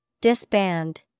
Disband